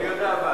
אני יודע.